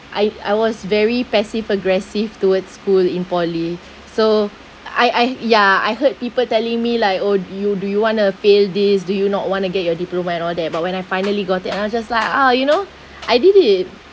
I I was very passive-aggressive towards school in poly so I I ya I heard people telling me like oh do you do you want to fail this do you not want to get your diploma and all that but when I finally got it and I just like ah you know I did it